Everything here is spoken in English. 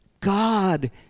God